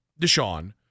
Deshaun